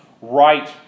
right